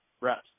reps